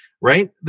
right